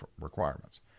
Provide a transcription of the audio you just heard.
requirements